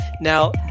Now